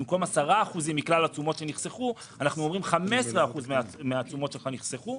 במקום 10% מכלל התשומות שנחסכו אנחנו אומרים ש-15% מן התשומות נחסכו.